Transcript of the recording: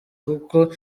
kuko